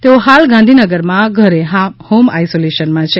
તેઓ હાલ ગાંધીનગરમાં ઘરે હોમ આઇસોલેસોનમાં છે